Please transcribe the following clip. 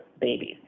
babies